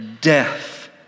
death